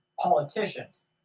politicians